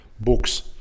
books